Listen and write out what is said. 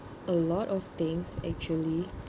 a lot of things actually